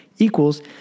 equals